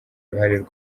uruhare